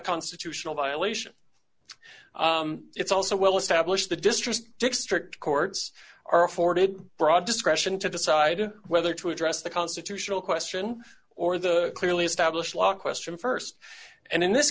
constitutional violation it's also well established the distressed dick strict courts are afforded broad discretion to decide whether to address the constitutional question or the clearly established law question st and in this